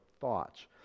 thoughts